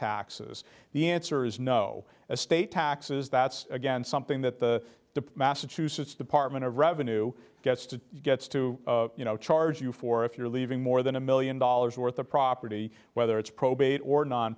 taxes the answer is no a state taxes that's again something that the the massachusetts department of revenue gets to gets to you know charge you for if you're leaving more than a million dollars worth of property whether it's probate or non